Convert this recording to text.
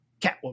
Catwoman